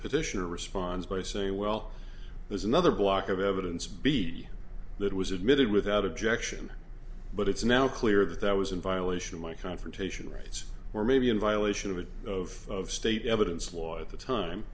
petitioner responds by saying well there's another block of evidence b that was admitted without objection but it's now clear that that was in violation of my confrontation rights or maybe in violation of it of state evidence law at the time